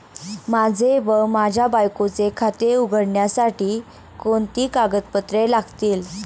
माझे व माझ्या बायकोचे खाते उघडण्यासाठी कोणती कागदपत्रे लागतील?